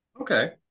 Okay